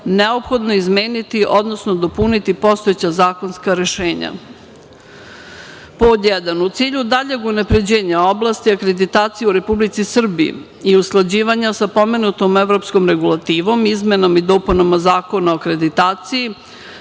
neophodno izmeniti, odnosno dopuniti postojeća zakonska rešenja. Pod jedan, u cilju daljeg unapređenja oblasti akreditaciju u Republici Srbiji i usklađivanja sa pomenutom evropskom regulativom izmenama i dopunama Zakona o akreditaciji